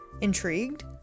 Intrigued